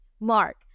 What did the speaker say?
Mark